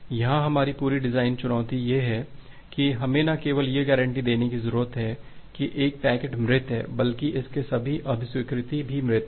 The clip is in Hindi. यहाँ हमारी पूरी डिजाइन चुनौती यह है कि हमें न केवल यह गारंटी देने की जरूरत है कि पैकेट मृत है बल्कि इसके सभी अभिस्वीकृति भी मृत हैं